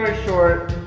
short,